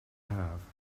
haf